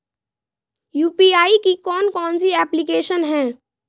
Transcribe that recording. UPI की कौन कौन सी एप्लिकेशन हैं?